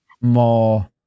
more